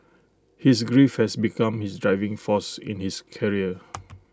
his grief has become his driving force in his career